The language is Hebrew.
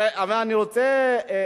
ואני רוצה,